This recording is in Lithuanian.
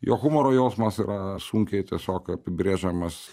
jo humoro jausmas yra sunkiai tiesiog apibrėžiamas